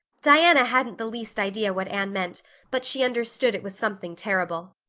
diana hadn't the least idea what anne meant but she understood it was something terrible.